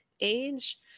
age